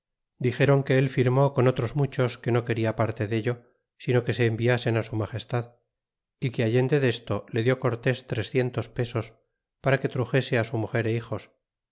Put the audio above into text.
dixéron que el firmó con otros muchos que no queda parte dello sino que se enviasen su magestad y que allende desto le dió cortés trecientos pesos para que truxese su muger é hijos